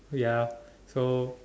ya so